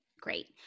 Great